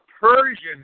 Persian